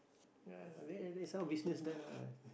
ah very headache some business done ah